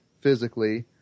physically